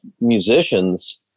musicians